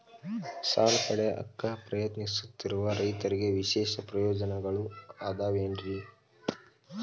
ಸಾಲ ಪಡೆಯಾಕ್ ಪ್ರಯತ್ನಿಸುತ್ತಿರುವ ರೈತರಿಗೆ ವಿಶೇಷ ಪ್ರಯೋಜನಗಳು ಅದಾವೇನ್ರಿ?